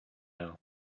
now